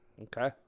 Okay